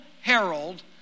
herald